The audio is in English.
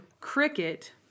Cricket